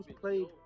played